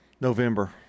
november